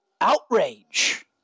outrage